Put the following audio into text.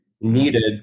needed